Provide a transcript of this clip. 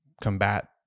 combat